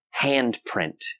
handprint